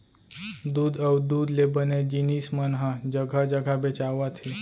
दूद अउ दूद ले बने जिनिस मन ह जघा जघा बेचावत हे